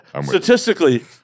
Statistically